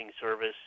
service